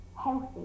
healthy